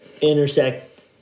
intersect